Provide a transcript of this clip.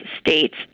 states